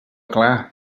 clar